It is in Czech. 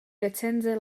recenze